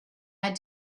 had